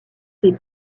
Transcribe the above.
ses